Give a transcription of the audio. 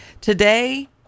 today